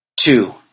Two